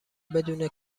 بدون